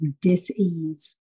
dis-ease